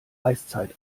eiszeit